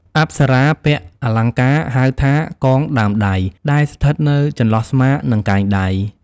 អប្សរាពាក់ អលង្ការ ហៅថាកងដើមដៃ ដែលស្ថិតនៅចន្លោះស្មា និងកែងដៃ។